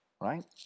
right